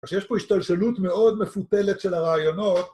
אז יש פה השתלשלות מאוד מפותלת של הרעיונות.